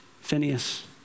Phineas